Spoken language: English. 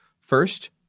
First